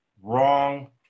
wrong